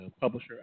publisher